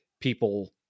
people